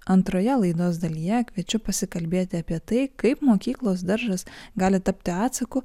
antroje laidos dalyje kviečiu pasikalbėti apie tai kaip mokyklos daržas gali tapti atsaku